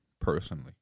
Personally